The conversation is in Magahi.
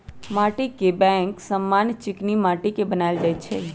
माटीके बैंक समान्य चीकनि माटि के बनायल जाइ छइ